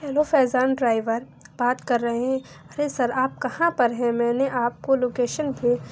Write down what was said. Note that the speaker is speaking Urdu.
ہیلو فیضان ڈرائیور بات کر رہے ہیں ارے سر آپ کہاں پر ہیں میں نے آپ کو لوکیشن پہ